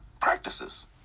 practices